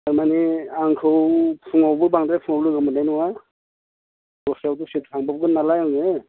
थारमाने आंखौ फुङावबो बांद्राय फुङाव लोगो मोननाय नङा दस्रायाव दसे थांब्र'बगोन नालाय आङो